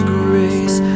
grace